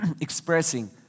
expressing